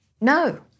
No